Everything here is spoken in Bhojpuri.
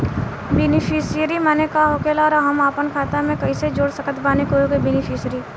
बेनीफिसियरी माने का होखेला और हम आपन खाता मे कैसे जोड़ सकत बानी केहु के बेनीफिसियरी?